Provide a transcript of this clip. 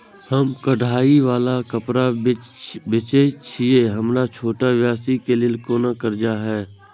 हम कढ़ाई वाला कपड़ा बेचय छिये, की हमर छोटा व्यवसाय के लिये कोनो कर्जा है?